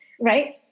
right